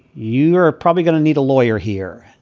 you are probably going to need a lawyer here.